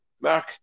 Mark